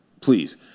please